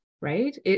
right